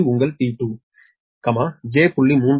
இது உங்கள் T2 j0